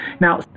Now